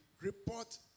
report